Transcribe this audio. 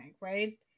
right